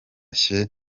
cyangwa